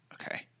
Okay